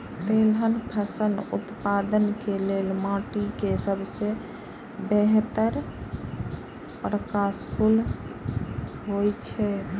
तेलहन फसल उत्पादन के लेल माटी के सबसे बेहतर प्रकार कुन होएत छल?